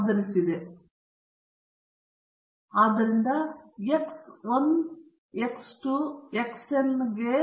ಆದ್ದರಿಂದ x 1 x 2 xn ಗೆ ಸರಾಸರಿ mu ಮತ್ತು variance ಸಿಗ್ಮಾ ಸ್ಕ್ವೇರ್ನ ಸಾಮಾನ್ಯ ವಿತರಣೆಯಿಂದ ಯಾದೃಚ್ಛಿಕ ಮಾದರಿ ಆಗಿರಲಿ s ಸ್ಕ್ವೇರ್ ಎಂಬುದು ಈ ಮಾದರಿಯ ವ್ಯತ್ಯಾಸವಾಗಿದೆ